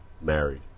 married